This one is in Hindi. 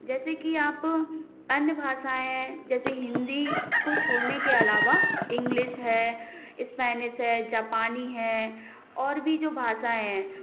जैसे कि आप अन्य भाषाएँ जैसे हिंदी को छोड़ने के अलावा इंग्लिश है स्पेनिश है जापानी है और भी जो भाषाएँ हैं